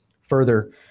Further